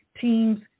Teams